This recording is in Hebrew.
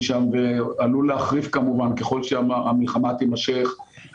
שם ועלול להחריף כמובן ככל שהמלחמה תימשך,